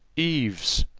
eaves